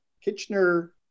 Kitchener